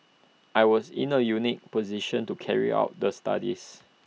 I was in A unique position to carry out the studies